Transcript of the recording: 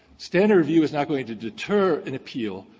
standard review is not going to deter an appeal.